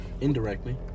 indirectly